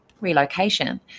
relocation